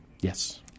Yes